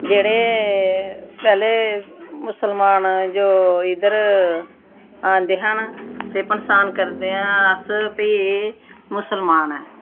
जेह्ड़े पैह्लें मुसलमान जो इद्धर आंदे हन ते पंछान करदे अस फ्ही मुसलमान ऐं